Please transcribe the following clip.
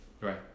Right